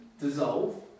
dissolve